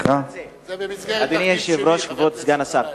זה במסגרת תרגיל שני, חבר הכנסת גנאים.